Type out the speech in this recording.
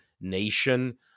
nation